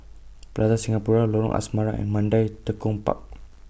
Plaza Singapura Lorong Asrama and Mandai Tekong Park